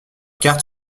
cartes